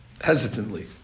hesitantly